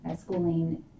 schooling